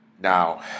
Now